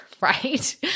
right